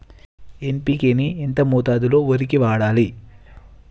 NPK ని ఎంత మోతాదులో వరికి వాడాలి?